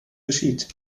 geschieht